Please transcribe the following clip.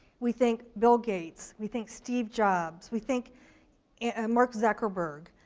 we think bill gates, we think steve jobs, we think mark zuckerberg,